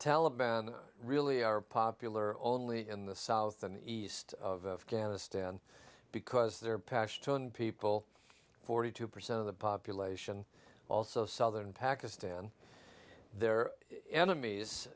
taliban really are popular only in the south and east of ghana stand because their passion to own people forty two percent of the population also southern pakistan their enemies